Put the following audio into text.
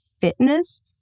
fitness